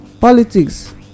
politics